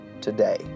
today